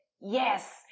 Yes